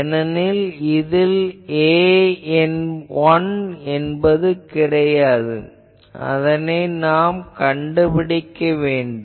ஏனெனில் இதில் A1 என்பது தெரியாது அதைக் கண்டுபிடிக்க வேண்டும்